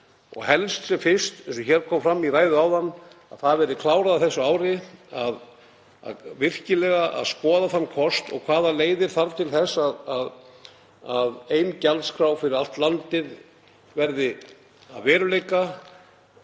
helst sem fyrst, eins og kom fram í ræðu áðan, að það verði klárað á þessu ári að skoða virkilega þann kost og hvaða leiðir þarf til þess að ein gjaldskrá fyrir allt landið verði að veruleika,